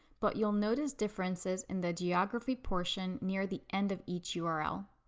but you'll notice differences in the geography portion near the end of each yeah url.